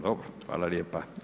Dobro, hvala lijepa.